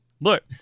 look